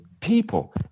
people